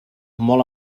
molt